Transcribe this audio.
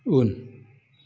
उन